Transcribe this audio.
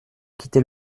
quitter